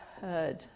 heard